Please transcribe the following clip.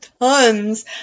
tons